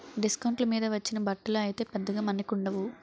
డిస్కౌంట్ల మీద వచ్చిన బట్టలు అయితే పెద్దగా మన్నికుండవు